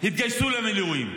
התגייסו למילואים,